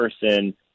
person